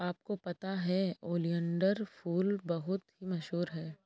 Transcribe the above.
आपको पता है ओलियंडर फूल बहुत ही मशहूर है